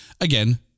Again